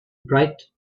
bright